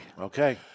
Okay